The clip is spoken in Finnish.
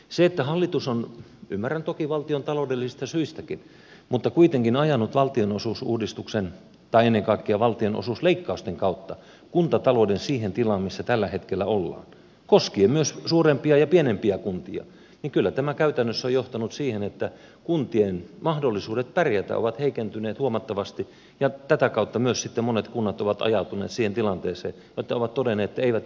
se että hallitus on ymmärrän toki valtion taloudellisista syistäkin mutta kuitenkin ajanut valtionosuusuudistuksen tai ennen kaikkea valtionosuusleikkausten kautta kuntatalouden siihen tilaan missä tällä hetkellä ollaan koskien myös suurempia ja pienempiä kuntia niin kyllä tämä käytännössä on johtanut siihen että kuntien mahdollisuudet pärjätä ovat heikentyneet huomattavasti ja tätä kautta myös sitten monet kunnat ovat ajautuneet siihen tilanteeseen jossa ne ovat todenneet että eivät yksin pärjää